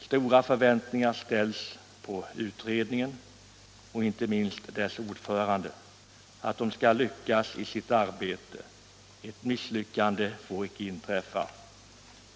Stora förväntningar ställs på att utredningen och inte minst dess ordförande skall lyckas i sitt arbete. Ett misslyckande får icke inträffa.